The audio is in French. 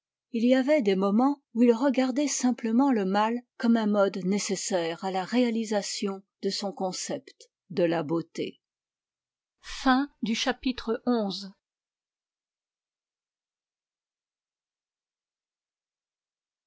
il y avait des moments où il regardait simplement le mal comme un mode nécessaire à la réalisation de son concept de la beauté xii